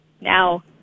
Now